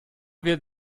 wird